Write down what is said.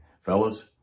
Fellas